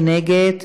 מי נגד?